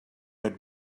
had